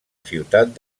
ciutat